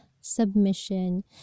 submission